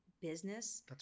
business